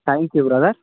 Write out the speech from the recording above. thank you brother